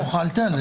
חנוך, אל תיעלב.